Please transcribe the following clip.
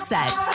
Set